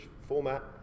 format